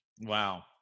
wow